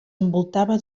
envoltava